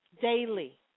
daily